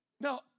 now